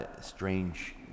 strange